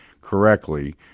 correctly